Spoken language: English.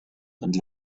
and